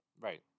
Right